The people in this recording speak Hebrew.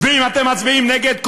ואם אתם מצביעים נגד,